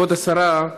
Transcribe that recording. כבוד השרה,